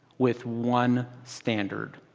with one standard.